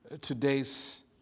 today's